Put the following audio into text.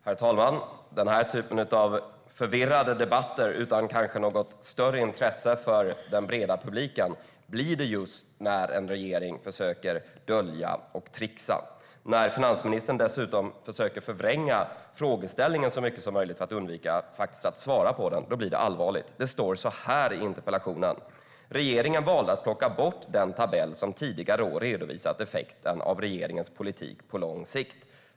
Herr talman! Den här typen av förvirrade debatter, kanske utan något större intresse för den breda publiken, blir det när en regering försöker dölja och trixa. När finansministern dessutom försöker förvränga frågeställningen så mycket som möjligt för att undvika att svara på den blir det allvarligt. Det står så här i interpellationen: "Regeringen valde att plocka bort den tabell som tidigare år redovisat effekten av regeringens politik på lång sikt."